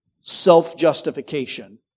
self-justification